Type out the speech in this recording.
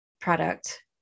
product